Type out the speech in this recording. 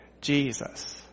Jesus